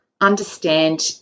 understand